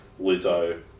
Lizzo